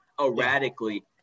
erratically